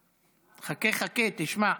חכה, חכה, תשמע.